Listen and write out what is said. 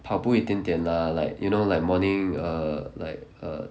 跑步一点点 lah like you know like morning err like err